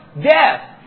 death